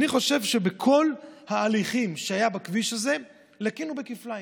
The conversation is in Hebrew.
אני חושב שבכל ההליכים שהיו בכביש הזה לקינו כפליים.